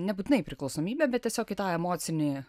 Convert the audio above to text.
nebūtinai priklausomybė bet tiesiog į tą emocinį